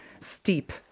steep